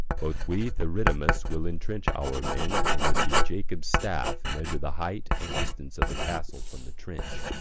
both we, theridamas, will intrench our men, and with the jacob's staff measure the height and distance of the castle from the trench,